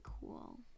cool